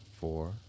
four